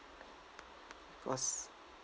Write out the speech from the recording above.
cause